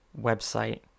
website